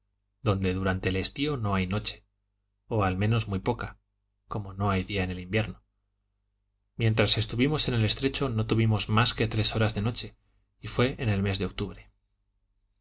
donde durante el estío no hay noche o al menos muy poca como no hay día en el invierno mientras estuvimos en el estrecho no tuvimos mas que tres horas de noche y fué en el mes de octubre